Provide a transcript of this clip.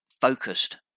focused